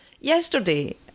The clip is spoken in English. yesterday